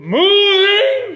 moving